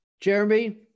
Jeremy